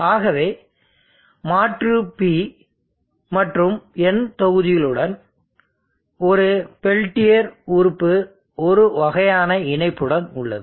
ஆகவே மாற்று P மற்றும் N தொகுதிகளுடன் ஒரு பெல்டியர் உறுப்பு ஒரு வகையான இணைப்புடன் உள்ளது